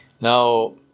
Now